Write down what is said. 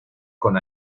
con